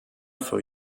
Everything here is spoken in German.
vor